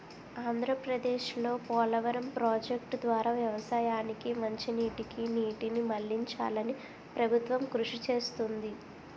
ఆంధ్రప్రదేశ్లో పోలవరం ప్రాజెక్టు ద్వారా వ్యవసాయానికి మంచినీటికి నీటిని మళ్ళించాలని ప్రభుత్వం కృషి చేస్తుంది